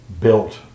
built